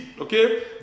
Okay